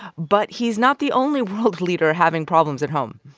but he's not the only world leader having problems at home